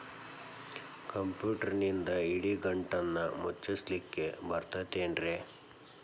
ಕಂಪ್ಯೂಟರ್ನಿಂದ್ ಇಡಿಗಂಟನ್ನ ಮುಚ್ಚಸ್ಲಿಕ್ಕೆ ಬರತೈತೇನ್ರೇ?